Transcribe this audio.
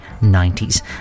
90s